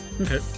Okay